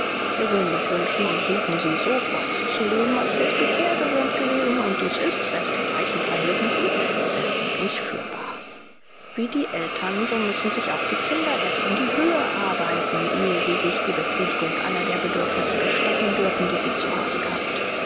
gewöhnlich wünschen und suchen sie so fortzuleben als sie es bisher gewöhnt gewesen und dies ist selbst in reichen verhältnissen selten durchführbar wie die eltern so müssen sich auch die kinder erst in die höhe arbeiten ehe sie sich die befriedigung aller der bedürfnisse gestatten dürfen die sie zu hause gehabt